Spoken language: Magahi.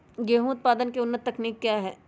गेंहू उत्पादन की उन्नत तकनीक क्या है?